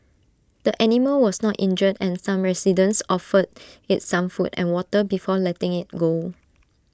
the animal was not injured and some residents offered IT some food and water before letting IT go